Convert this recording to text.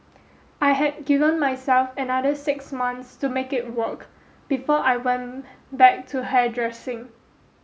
I had given myself another six months to make it work before I went back to hairdressing